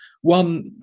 one